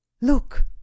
Look